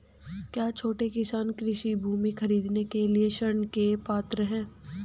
क्या छोटे किसान कृषि भूमि खरीदने के लिए ऋण के पात्र हैं?